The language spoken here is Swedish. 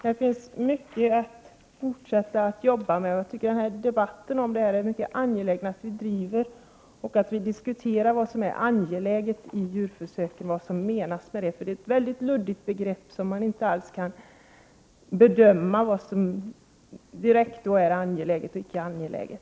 Det finns mycket på detta område att fortsätta att jobba med. Det är mycket angeläget att vi driver denna debatt och att vi diskuterar vad som menas med ”angeläget” när det gäller djurförsök, eftersom det är ett luddigt begrepp, och det går inte att bedöma vad som direkt är angeläget och vad som icke är angeläget.